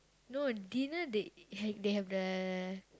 no dinner they h~ they have the